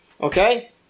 Okay